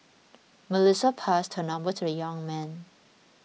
Melissa passed her number to the young man